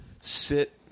sit